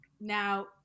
Now